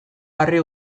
harri